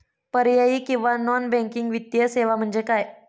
पर्यायी किंवा non banking वित्तीय सेवा म्हणजे काय?